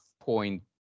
point